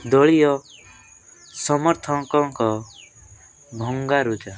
ଦଳୀୟ ସମର୍ଥକଙ୍କ ଭଙ୍ଗାରୁଜା